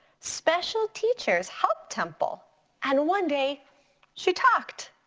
special teachers helped temple and one day she talked.